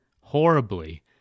horribly